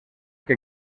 que